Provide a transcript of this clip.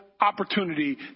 opportunity